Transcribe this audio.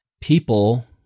people